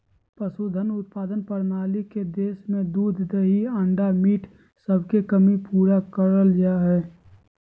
पशुधन उत्पादन प्रणाली से देश में दूध दही अंडा मीट सबके कमी पूरा करल जा हई